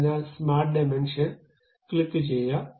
അതിനാൽ സ്മാർട്ട്ഡിമെൻഷൻ ക്ലിക്കുചെയ്യുക